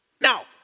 Now